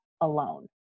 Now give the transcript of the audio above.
alone